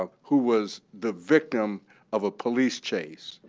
who was the victim of a police chase.